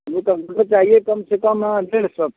हमें कंप्यूटर चाहिए कम से कम डेढ़ सौ